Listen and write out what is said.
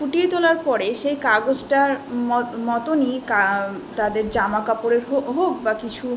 ফুটিয়ে তোলার পরে সেই কাগজটার মতনই কা তাদের জামা কাপড়ে হোক হোক বা কিছু